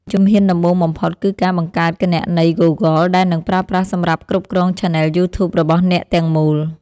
ជំហានដំបូងបំផុតគឺការបង្កើតគណនី Google ដែលនឹងប្រើប្រាស់សម្រាប់គ្រប់គ្រងឆានែលយូធូបរបស់អ្នកទាំងមូល។